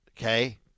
okay